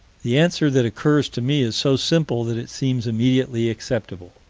the answer that occurs to me is so simple that it seems immediately acceptable,